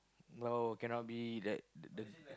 no cannot be that the